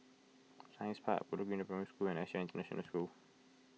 Science Park Bedok Green Primary School and S J I International School